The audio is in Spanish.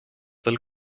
del